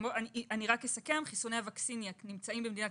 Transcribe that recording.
אסכם: חיסוני ה-Vaccinia נמצאים במדינת